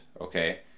okay